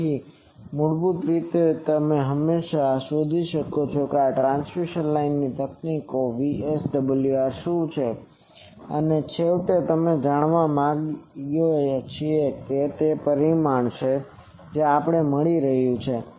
તેથી મૂળભૂત રીતે તમે હંમેશાં શોધી શકશો કે આ ટ્રાન્સમિશન લાઇન તકનીકોમાંથી VSWR શું છે અને છેવટે આપણે તે જાણવા માંગીએ છીએ કે આ તે પરિમાણ છે જે આપણને મળી રહ્યું છે